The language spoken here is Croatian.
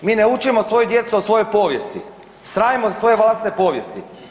Mi ne učimo svoju djecu o svojoj povijesti, sramimo se svoje vlastite povijesti.